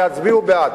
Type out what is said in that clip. שיצביעו בעד.